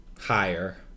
higher